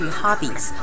hobbies